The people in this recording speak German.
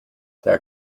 der